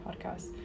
podcast